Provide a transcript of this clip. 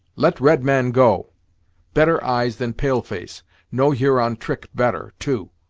let red man go better eyes than pale-face know huron trick better, too.